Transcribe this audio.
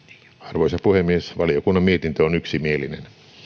arvoisa puhemies valiokunnan mietintö on yksimielinen